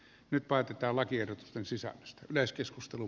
nyt päätetään lakiehdotusten sisällöstä